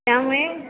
त्यामुळे